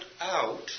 out